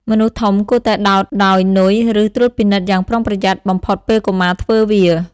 មនុស្សធំគួរតែដោតដោយ នុយ ឬ ត្រួតពិនិត្យយ៉ាងប្រុងប្រយ័ត្នបំផុតពេលកុមារធ្វើវា។